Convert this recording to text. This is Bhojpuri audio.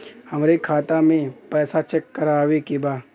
हमरे खाता मे पैसा चेक करवावे के बा?